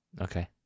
okay